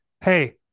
Hey